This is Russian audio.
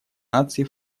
наций